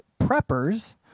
preppers